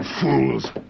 fools